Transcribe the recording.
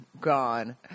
gone